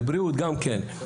בבריאות גם כן,